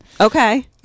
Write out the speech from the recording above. Okay